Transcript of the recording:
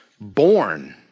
born